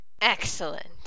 Excellent